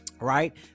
right